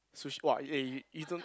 sush~ !wah! eh you you don't